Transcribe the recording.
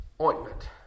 ointment